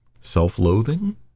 self-loathing